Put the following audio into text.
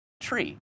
tree